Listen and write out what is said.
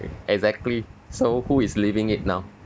exactly so who is living it now